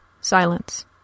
silence